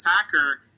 attacker